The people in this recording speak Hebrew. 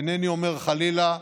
אינני אומר, חלילה,